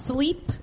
Sleep